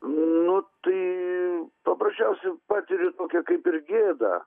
nu tai paprasčiausiai patiri tokią kaip ir gėdą